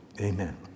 Amen